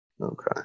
Okay